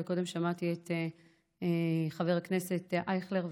קודם שמעתי את חבר הכנסת אייכלר,